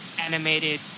Animated